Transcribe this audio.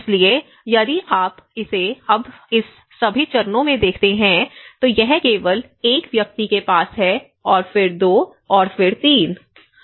इसलिए यदि आप इसे अब इस सभी चरणों में देखते हैं तो यह केवल 1 व्यक्ति के पास है और फिर 2 फिर 3